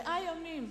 100 ימים.